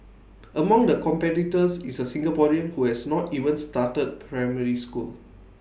among the competitors is A Singaporean who has not even started primary school